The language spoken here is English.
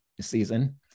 season